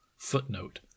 Footnote